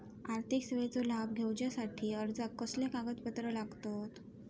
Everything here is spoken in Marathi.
आर्थिक सेवेचो लाभ घेवच्यासाठी अर्जाक कसले कागदपत्र लागतत?